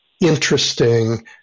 Interesting